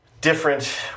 different